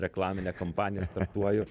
reklaminę kampaniją startuoju